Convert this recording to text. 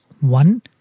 One